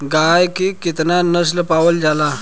गाय के केतना नस्ल पावल जाला?